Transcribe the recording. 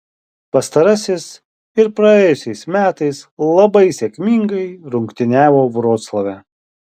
pastarasis ir praėjusiais metais labai sėkmingai rungtyniavo vroclave